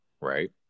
right